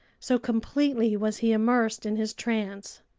so completely was he immersed in his trance.